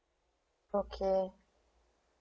okay